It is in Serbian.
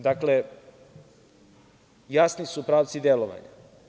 Dakle, jasni su pravci delovanja.